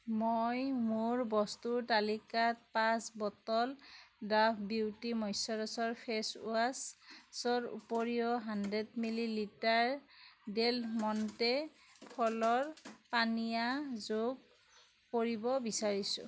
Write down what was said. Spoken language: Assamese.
মই মোৰ বস্তুৰ তালিকাত পাঁচ বটল ডাভ বিউটি মইচৰাশ্যৰ ফেচৱাছৰ উপৰিও হান্দ্ৰেড মিলিলিটাৰ ডেল মণ্টে ফলৰ পানীয় যোগ কৰিব বিচাৰিছোঁ